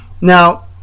now